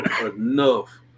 enough